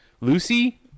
lucy